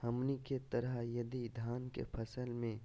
हमनी के तरह यदि धान के फसल में